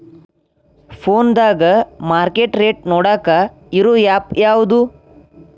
ಫೋನದಾಗ market rate ನೋಡಾಕ್ ಇರು ಆ್ಯಪ್ ಯಾವದು?